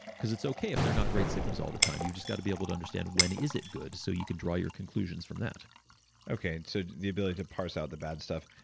because it's okay if they're not great signals all the time. you've just got to be able to understand when is it good? so you can draw your conclusions from that okay. so the ability to parse out the bad stuff.